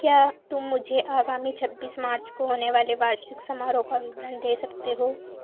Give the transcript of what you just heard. क्या तुम मुझे आगामी छब्बीस मार्च को होने वाले वार्षिक समारोह का विवरण दे सकते हो